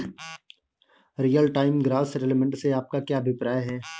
Real time gross settlement से आपका क्या अभिप्राय है?